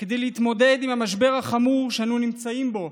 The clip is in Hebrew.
כדי להתמודד עם המשבר החמור שאנו נמצאים בו,